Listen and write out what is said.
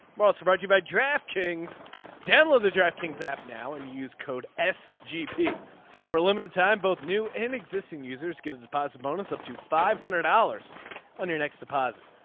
well surprised you by draft kings low. the draft kings app now and use code s gp for limited time both new and existing users get a deposit bonus up to five hundred dollars on your next deposit.